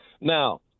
Now